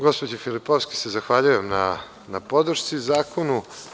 Gospođi Filipovski se zahvaljujem na podršci zakonu.